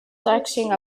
taxing